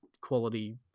quality